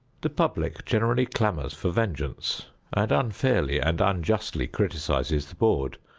the public generally clamors for vengeance and unfairly and unjustly criticises the board,